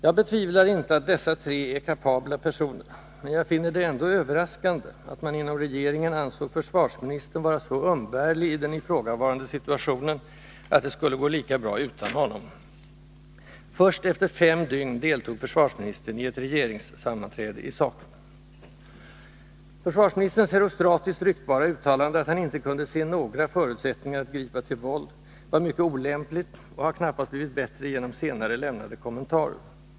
Jag betvivlar inte att dessa tre är kapabla personer, men Onsdagen den jag finner det ändå överraskande att man inom regeringen ansåg försvars 12 maj 1982 ministern vara så umbärlig i den ifrågavarande situationen att det skulle gå lika bra utan honom. Först efter fem dygn deltog försvarsministern i ett regeringssammanträde i saken. Försvarsministerns herostratiskt ryktbara uttalande att han inte kunde ”se några förutsättningar att gripa till våld” var mycket olämpligt och har knappast blivit bättre genom senare lämnade kommentarer.